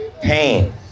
pain